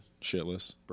shitless